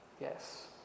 Yes